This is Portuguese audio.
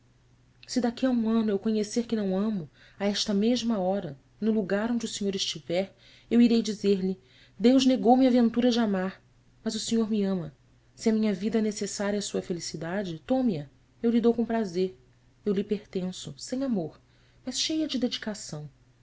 se daqui a um ano eu conhecer que não amo a esta mesma hora no lugar onde o senhor estiver eu irei dizer-lhe deus negou me a ventura de amar mas o senhor me ama se a minha vida é necessária à sua felicidade tome a eu lhe dou com prazer eu lhe pertenço sem amor mas cheia de dedicação